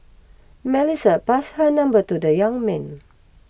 Melissa pass her number to the young man